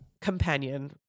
companion